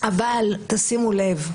אבל תשימו לב,